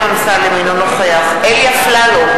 אינו נוכח אלי אפללו,